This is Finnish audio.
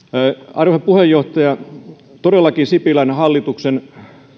arvoisa puheenjohtaja sipilän hallituksen